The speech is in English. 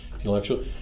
intellectual